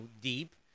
deep